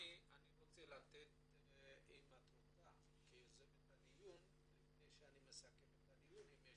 אם את רוצה כיוזמת הדיון לומר משהו לפני שאסכם את הדיון.